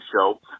show